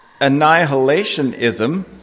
annihilationism